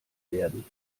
werden